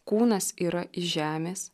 kūnas yra iš žemės